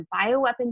bioweapons